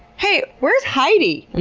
hey, where's heidi? and